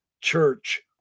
church